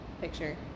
picture